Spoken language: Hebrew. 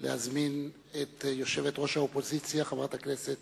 להזמין את יושבת-ראש האופוזיציה, חברת הכנסת